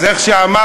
אז איך שאמרנו,